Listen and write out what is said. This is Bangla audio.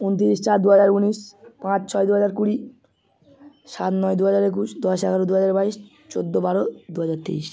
উনত্রিশ চার দু হাজার উনিশ পাঁচ ছয় দু হাজার কুড়ি সাত নয় দু হাজার একুশ দশ এগারো দু হাজার বাইশ চোদ্দো বারো দু হাজার তেইশ